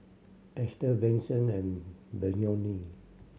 Ester Benson and Beyonce